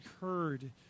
heard